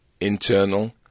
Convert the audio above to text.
internal